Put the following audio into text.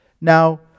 Now